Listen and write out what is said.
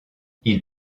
ils